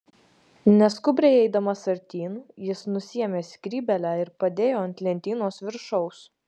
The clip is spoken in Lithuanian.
neskubriai eidamas artyn jis nusiėmė skrybėlę ir padėjo ant lentynos viršaus